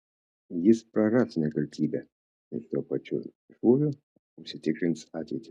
jis praras nekaltybę ir tuo pačiu šūviu užsitikrins ateitį